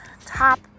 top